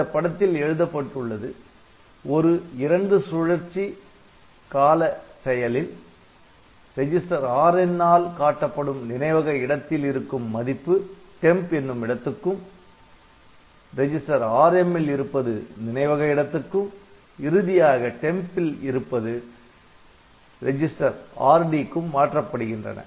இந்தப் படத்தில் எழுதப்பட்டுள்ளது ஒரு இரண்டு சுழற்சி கால செயலில் ரெஜிஸ்டர் Rn ஆல் காட்டப்படும் நினைவக இடத்தில் இருக்கும் மதிப்பு temp என்னும் இடத்துக்கும் ரெஜிஸ்டர் Rm ல் இருப்பது நினைவக இடத்துக்கும் இறுதியாக temp இடத்தில் இருப்பது ரிஜிஸ்டர் Rd க்கும் மாற்றப்படுகின்றன